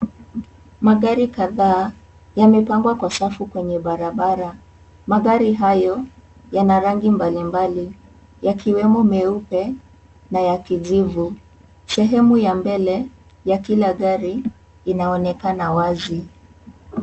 Magari kadhaa yamepangwa kwa safu kwenye barabara, magari hayo yana rangi mbalimbali yakiwemo meupe na ya kijivu sehemu ya mbele ya kila gari inaonekana wazi.